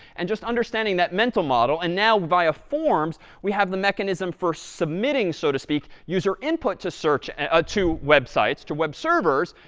and just understanding that mental model, and now, via forms, we have the mechanism for submitting, so to speak, user input to search ah to websites, to web servers.